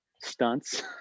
stunts